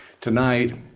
tonight